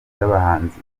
z’abahanzi